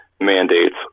mandates